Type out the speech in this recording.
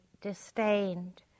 disdained